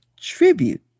tribute